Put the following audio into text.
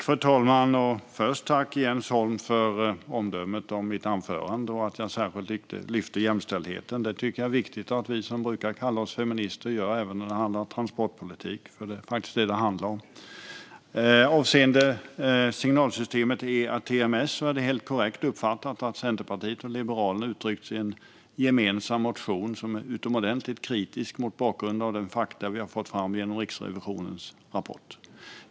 Fru talman! Först vill jag tacka Jens Holm för omdömet om mitt anförande och att jag särskilt lyfte upp jämställdheten. Det tycker jag är viktigt att vi som brukar kalla oss feminister gör även när det handlar om transportpolitik, för det är faktiskt det som det handlar om. Avseende signalsystemet ERTMS är det helt korrekt uppfattat att Centerpartiet och Liberalerna uttryckte sig i en gemensam motion, som är utomordentligt kritisk mot bakgrund av de fakta vi har fått fram genom Riksrevisionens rapport.